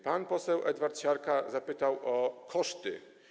Pan poseł Edward Siarka zapytał o koszty.